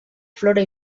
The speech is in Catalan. flora